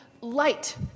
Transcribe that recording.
light